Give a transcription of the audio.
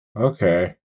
Okay